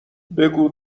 بگو